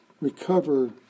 recover